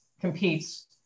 competes